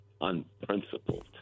unprincipled